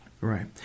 Right